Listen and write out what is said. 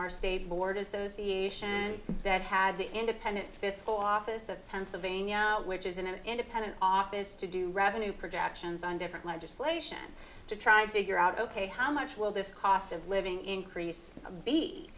our state board association that had the independent this office of pennsylvania which is an independent office to do revenue projections on different legislation to try to figure out ok how much will this cost of living increase b